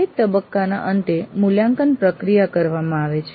દરેક તબક્કાના અંતે મૂલ્યાંકન પ્રક્રિયા કરવામાં આવે છે